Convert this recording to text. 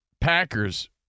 Packers